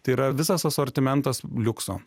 tai yra visas asortimentas liukso